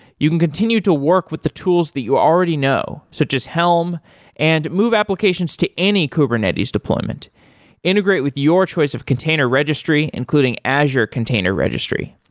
you can continue to work with the tools that you already know, so just helm and move applications to any kubernetes deployment integrate with your choice of container registry, including azure container registry.